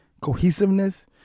cohesiveness